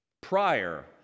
prior